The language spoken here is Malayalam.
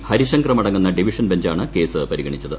ഹരിശങ്കറുമടങ്ങുന്ന ഡിവിഷ്ട്രൂ ബെഞ്ചാണ് കേസ് പരി ഗണിച്ചത്